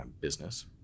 Business